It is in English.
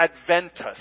Adventus